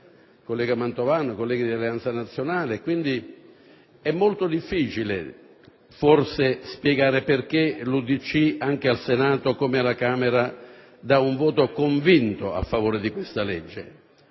collega Mantovano; i colleghi di Alleanza Nazionale. Quindi, è molto difficile forse spiegare perché l'UDC anche al Senato come alla Camera dà un voto convinto a favore di questo